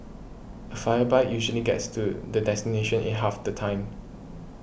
a fire bike usually gets to the destination in half the time